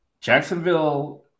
Jacksonville –